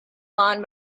lawn